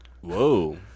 Whoa